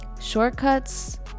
Shortcuts